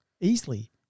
easily